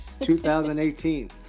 2018